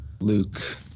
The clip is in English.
luke